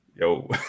Yo